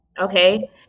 okay